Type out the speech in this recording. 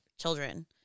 children